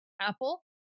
Apple